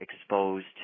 exposed